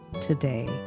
today